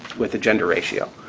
with the gender ratio.